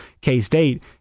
K-State